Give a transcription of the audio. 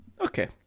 Okay